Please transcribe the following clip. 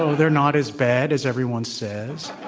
so they're not as bad as everyone says.